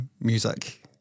music